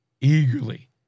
eagerly